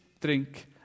drink